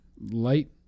light